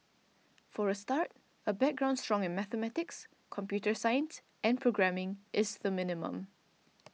for a start a background strong in mathematics computer science and programming is the minimum